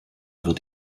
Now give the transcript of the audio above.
wird